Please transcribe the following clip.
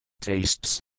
Tastes